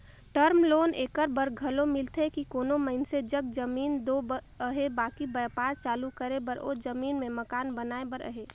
term loan एकर बर घलो मिलथे कि कोनो मइनसे जग जमीन दो अहे बकि बयपार चालू करे बर ओ जमीन में मकान बनाए बर अहे